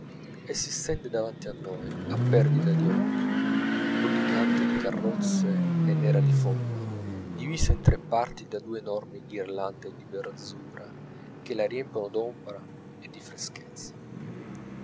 stende davanti a noi a perdita d'occhi brulicante di carrozze e nera di folla divisa in tre parti da due enormi ghirlande di verzura che la riempiono d'ombra e di freschezza